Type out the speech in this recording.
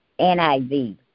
NIV